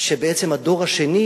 שבעצם הדור השני